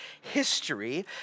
history